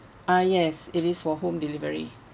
ah yes it is for home delivery